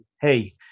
hey